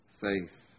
faith